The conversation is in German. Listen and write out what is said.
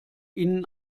ihnen